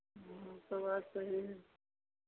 वो तो बात सही है